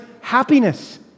happiness